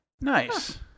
Nice